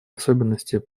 особенности